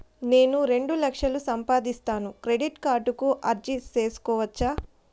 నేను రెండు లక్షలు సంపాదిస్తాను, క్రెడిట్ కార్డుకు అర్జీ సేసుకోవచ్చా?